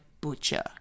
Butcher